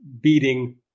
beating